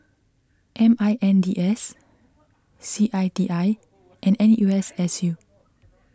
M I N D S C I T I and N U S S U